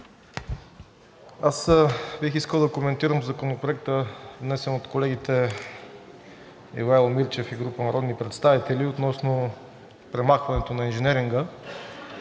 Аз бих искал да коментирам Законопроекта, внесен от колегите Ивайло Мирчев и група народни представители относно премахването на инженеринга,